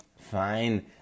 fine